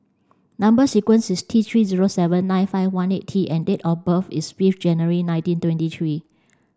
number sequence is T three zero seven nine five one eight T and date of birth is fifth January nineteen twenty three